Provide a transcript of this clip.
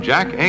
Jack